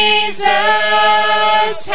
Jesus